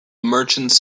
merchant